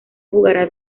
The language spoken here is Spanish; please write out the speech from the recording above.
jugará